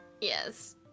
Yes